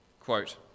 Quote